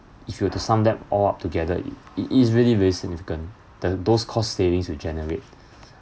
if you were to sum them all up together it is really very significant the those cost savings you generate